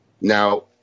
Now